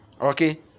Okay